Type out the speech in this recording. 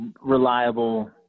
reliable